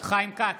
חיים כץ,